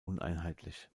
uneinheitlich